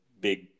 Big